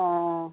অঁ